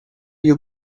you